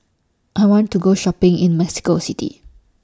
I want to Go Shopping in Mexico City